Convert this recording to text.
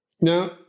Now